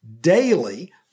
daily